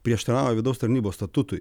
prieštarauja vidaus tarnybos statutui